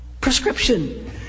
prescription